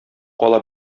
кала